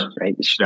right